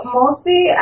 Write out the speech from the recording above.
mostly